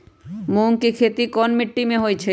मूँग के खेती कौन मीटी मे होईछ?